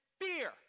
Fear